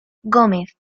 gómez